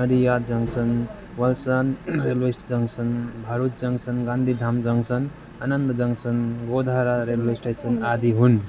Nadia junction Valsad railway junction Bharuch junction Gandhidham junction Anand junction Godhra railway station आदी हुन्